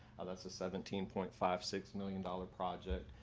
that's a seventeen point five six million dollars project,